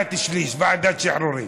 בוועדת שליש, ועדת שחרורים?